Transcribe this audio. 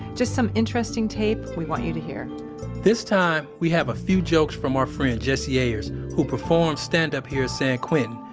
just some interesting tape we want you to hear this time, we have a few jokes from our friend jessie ayers who performs stand-up here at san quentin.